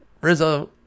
rizzo